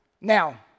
Now